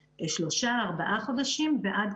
לשלושה-ארבעה חודשים ועד,